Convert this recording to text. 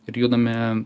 ir judame